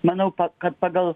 manau kad pagal